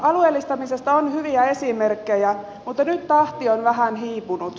alueellistamisesta on hyviä esimerkkejä mutta nyt tahti on vähän hiipunut